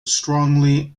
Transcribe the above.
strongly